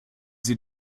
sie